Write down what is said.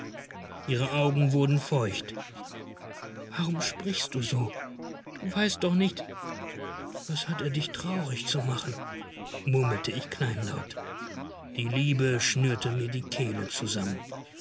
die augen wurden feucht warum sprichst du so du weißt doch nicht was hat er dich traurig zu machen murmelte ich kleinlaut die liebe schnürte mir die kehle zusammen